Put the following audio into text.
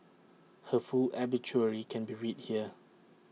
her full obituary can be read here